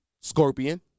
Scorpion